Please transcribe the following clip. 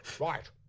Right